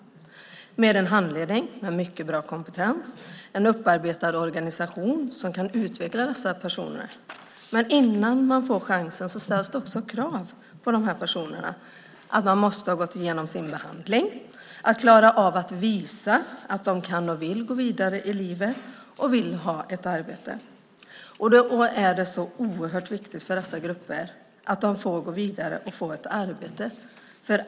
Man har handledning med mycket bra kompetens och en upparbetad organisation som kan utveckla dessa personer. Men innan man får chansen ställs det också krav på de här personerna. De måste ha gått igenom sin behandling. De måste klara av att visa att de kan och vill gå vidare i livet och vill ha ett arbete. Då är det oerhört viktigt för dessa grupper att de får gå vidare och får ett arbete.